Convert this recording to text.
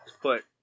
put